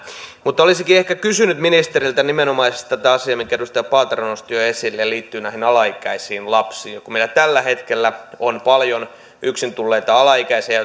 mutta olisinkin ehkä kysynyt ministeriltä nimenomaisesti tätä asiaa minkä edustaja paatero nosti jo esille se liittyy näihin alaikäisiin lapsiin kun meillä tällä hetkellä on paljon yksin tulleita alaikäisiä